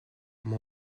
mon